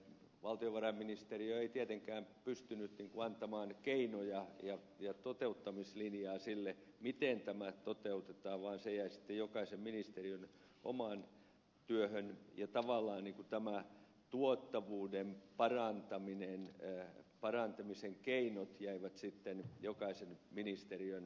valtiovarainministeriö ei tietenkään pystynyt antamaan keinoja ja toteuttamislinjaa sille miten tämä toteutetaan vaan se jäi sitten jokaisen ministeriön omaksi työksi ja tavallaan nämä tuottavuuden parantamisen keinot jäivät sitten jokaisen ministeriön omaan harkintaan